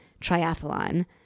triathlon